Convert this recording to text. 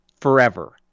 forever